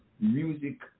music